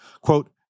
Quote